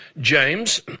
James